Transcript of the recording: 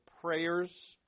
prayers